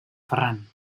ferran